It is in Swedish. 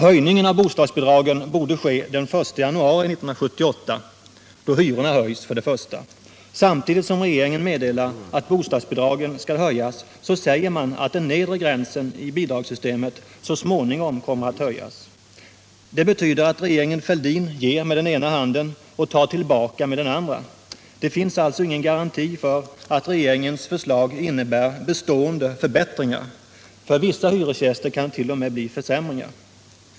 Höjningen borde dock ske den 1 januari 1978, då hyrorna höjs. Samtidigt som regeringen meddelar att bostadsbidragen skall höjas säger man att den nedre gränsen i bidragssystemet så småningom kommer att höjas. Det betyder att regeringen Fälldin ger med ena handen och tar tillbaka med den andra. Det finns alltså ingen garanti för att regeringens förslag innebär bestående förbättringar. För vissa hyresgäster kan det t.o.m. bli försämringar.